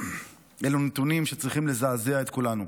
אלו נתונים שצריכים לזעזע את כולנו.